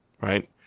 right